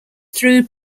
through